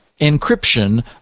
encryption